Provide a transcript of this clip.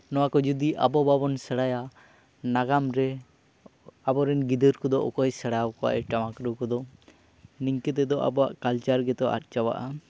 ᱱᱚᱣᱟ ᱠᱚ ᱡᱩᱫᱤ ᱟᱵᱚ ᱵᱟᱵᱚᱱ ᱥᱮᱬᱟᱭᱟ ᱱᱟᱜᱟᱢᱨᱮ ᱟᱵᱚ ᱨᱮᱱ ᱜᱤᱫᱟᱹᱨ ᱠᱚᱫᱚ ᱚᱠᱚᱭ ᱥᱮᱬᱟ ᱟᱠᱚᱣᱟᱭ ᱴᱟᱢᱟᱠ ᱨᱩ ᱠᱚᱫᱚ ᱱᱤᱝᱠᱟᱹ ᱛᱮᱫᱚ ᱟᱵᱚᱣᱟᱜ ᱠᱟᱞᱪᱟᱨ ᱜᱮᱛᱚ ᱟᱫ ᱪᱟᱵᱟᱜᱼᱟ